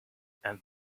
and